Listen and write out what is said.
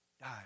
die